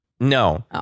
No